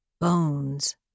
Bones